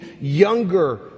younger